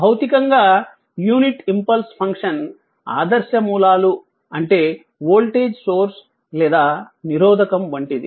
భౌతికంగా unit impulse function ఆదర్శ మూలాలు అంటే వోల్టేజ్ సోర్స్ లేదా నిరోధకం వంటిది